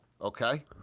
okay